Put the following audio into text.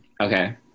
okay